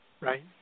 Right